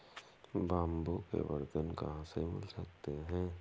Bamboo के बर्तन कहाँ से मिल सकते हैं?